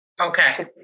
Okay